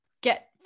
get